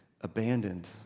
abandoned